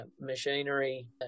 machinery